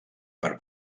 per